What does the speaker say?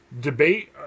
debate